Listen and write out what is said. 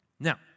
Now